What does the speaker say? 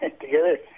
together